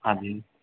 हांजी